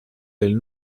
del